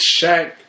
Shaq